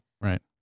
right